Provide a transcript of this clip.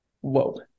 Whoa